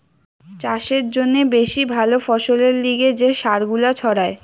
চাষের জন্যে বেশি ভালো ফসলের লিগে যে সার গুলা ছড়ায়